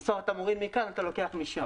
כלומר, אם אתה מוריד מכאן אתה לוקח משם.